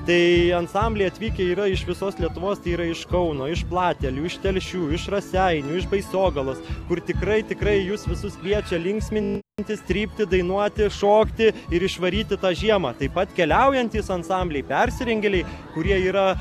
tai ansambliai atvykę yra iš visos lietuvos tai yra iš kauno iš platelių iš telšių iš raseinių iš baisiogalos kur tikrai tikrai jus visus kviečia linksmintis trypti dainuoti šokti ir išvaryti tą žiemą taip pat keliaujantys ansambliai persirengėliai kurie yra